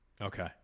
Okay